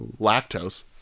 Lactose